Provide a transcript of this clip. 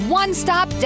one-stop